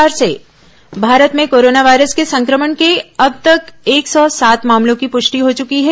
corona virus Bharat में corona virus के संक्रमण के अब तक एक सौ सात मामलों की प्रष्टि हो चुकी है